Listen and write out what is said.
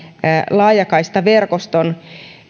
laajakaistaverkoston